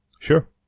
Sure